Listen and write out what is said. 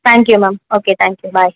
thank you ma'am okay thank you bye